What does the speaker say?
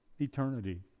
eternity